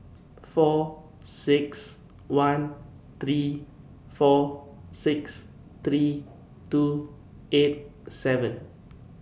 four six one three four six three two eight seven